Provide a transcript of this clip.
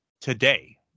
today